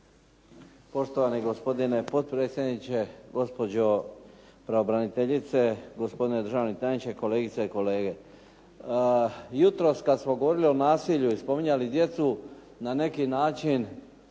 Poštovani gospodine potpredsjedniče. Gospođo pravobraniteljice, gospodine državni tajniče. Kolegice i kolege. Jutros kad smo govorili o nasilju i spominjali djecu na neki način